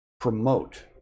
promote